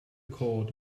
cord